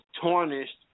tarnished